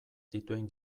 dituen